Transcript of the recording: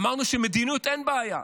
אמרנו שמדיניות, אין בעיה.